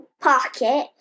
pocket